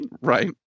Right